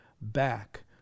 back